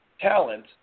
talent